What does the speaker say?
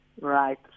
Right